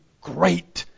great